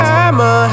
I'ma